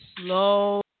slow